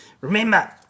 Remember